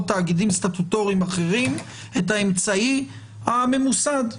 תאגידים סטטוטוריים אחרים את האמצעי הממוסד.